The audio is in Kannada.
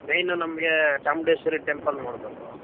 ಮೇಯ್ನು ನಮಗೆ ಚಾಮುಂಡೇಶ್ವರಿ ಟೆಂಪಲ್ ನೋಡಬೇಕು